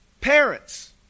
Parents